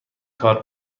کارت